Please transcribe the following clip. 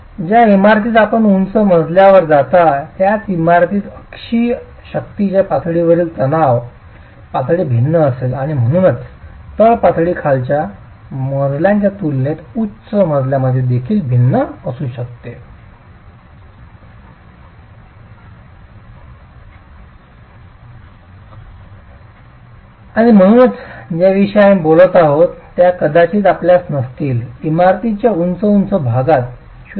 ज्या इमारतीत आपण उंच मजल्यांवर जाता त्याच इमारतीत अक्षीय शक्तीच्या पातळीतील तणाव पातळी भिन्न असेल आणि म्हणूनच तळ पातळी खालच्या मजल्यांच्या तुलनेत उच्च मजल्यांमध्ये देखील भिन्न असू शकते आणि म्हणूनच ज्या विषयी आम्ही बोलत आहोत त्या कदाचित आपल्यात नसतील इमारतीच्या उंच उंच भागात 0